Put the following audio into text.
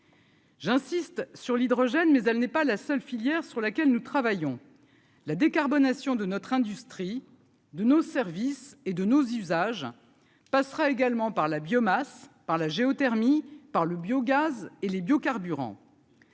J'insiste sur l'hydrogène mais elle n'est pas la seule filière sur laquelle nous travaillons la décarbonation de notre industrie de nos services et de nos usages passera également par la biomasse par la géothermie par le biogaz et les biocarburants.